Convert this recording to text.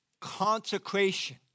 consecration